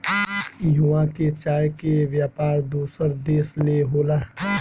इहवां के चाय के व्यापार दोसर देश ले होला